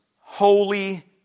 holy